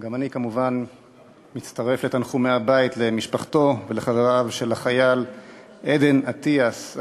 גם אני כמובן מצטרף לתנחומי הבית למשפחתו ולחבריו של החייל עדן אטיאס,